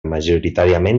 majoritàriament